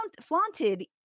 flaunted